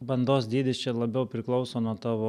bandos dydis čia labiau priklauso nuo tavo